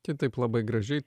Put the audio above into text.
tai taip labai gražiai